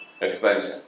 expansion